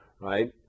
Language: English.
right